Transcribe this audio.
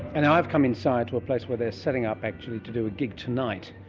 and i've come inside to a place where they're setting up actually to do a gig tonight,